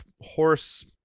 horse